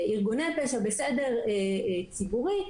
בארגוני פשע ובסדר ציבורי.